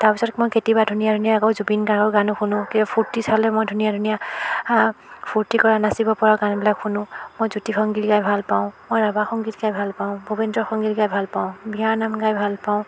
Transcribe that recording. তাৰ পিছত মই কেতিয়াবা ধুনীয়া ধুনীয়া আকৌ জুবিন গাৰ্গৰ গানো শুনো কেতিয়াবা ফূৰ্তি চালে মই ধুনীয়া ধুনীয়া ফূৰ্তি কৰা নাচিব পৰা গানবিলাক শুনো মই জ্য়োতি সংগীত গাই ভাল পাওঁ মই ৰাভা সংগীত গাই ভাল পাওঁ ভূপেন্দ্ৰ সংগীত গাই ভাল পাওঁ বিয়ানাম গাই ভাল পাওঁ